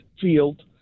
field